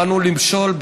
באנו למשול,